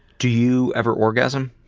do you ever orgasm?